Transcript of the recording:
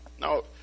No